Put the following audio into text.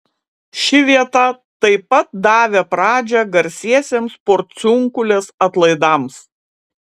ši vieta tai pat davė pradžią garsiesiems porciunkulės atlaidams